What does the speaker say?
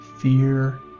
fear